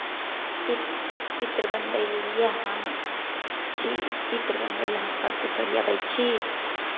चित्र चित्र बनबै लिए हम छी चित्र बनबै लिए हम सभकिछु ओरियबै छी